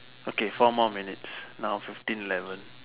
okay four more minutes now fifteen eleven